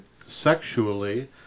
sexually